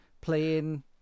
playing